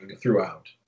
throughout